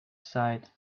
side